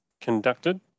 conducted